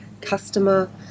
customer